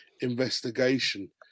investigation